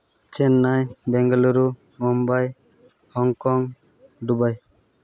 Chennai Bengaluru Mumbai Hong Kong Dubai